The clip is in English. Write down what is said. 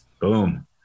Boom